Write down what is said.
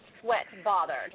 sweat-bothered